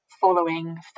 following